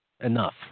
enough